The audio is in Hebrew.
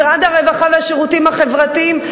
משרד הרווחה והשירותים החברתיים,